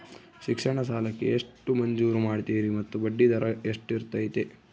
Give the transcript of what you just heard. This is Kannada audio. ಶಿಕ್ಷಣ ಸಾಲಕ್ಕೆ ಎಷ್ಟು ಮಂಜೂರು ಮಾಡ್ತೇರಿ ಮತ್ತು ಬಡ್ಡಿದರ ಎಷ್ಟಿರ್ತೈತೆ?